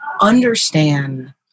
understand